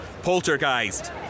Poltergeist